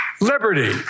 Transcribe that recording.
liberty